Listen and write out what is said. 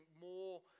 more